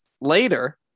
Later